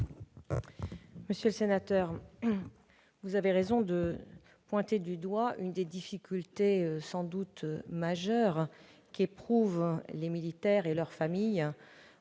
monsieur le sénateur, de pointer du doigt l'une des difficultés sans doute majeures qu'éprouvent les militaires et leurs familles